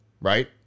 right